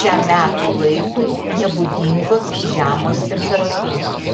šiam metų laikui nebūdingos žemos temperatūros